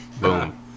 Boom